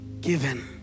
given